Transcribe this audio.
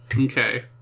Okay